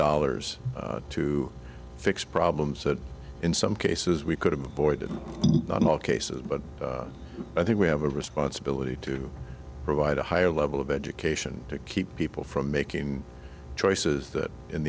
dollars to fix problems that in some cases we could have avoided all cases but i think we have a responsibility to provide a higher level of education to keep people from making choices that in